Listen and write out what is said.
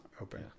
open